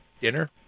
dinner